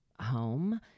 home